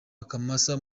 akamasa